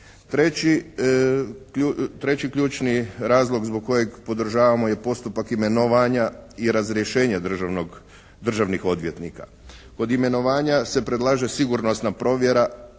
Treći ključni razlog zbog kojeg podržavamo je postupak imenovanja i razrješenja državnih odvjetnika. Kod imenovanja se predlaže sigurnosna provjera